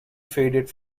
faded